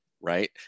right